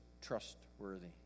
trustworthy